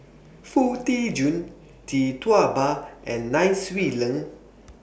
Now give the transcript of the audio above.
Foo Tee Jun Tee Tua Ba and Nai Swee Leng